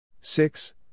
six